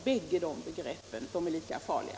Båda företeelserna är lika farliga.